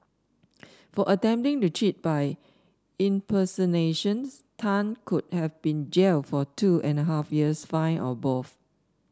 for attempting to cheat by impersonations Tan could have been jailed for two and a half years fine or both